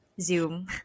Zoom